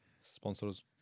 sponsors